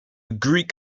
greek